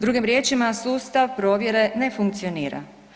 Drugim riječima, sustav provjere ne funkcionira.